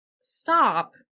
stop